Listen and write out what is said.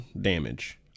damage